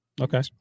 okay